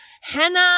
Hannah